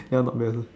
some I don't know